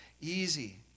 easy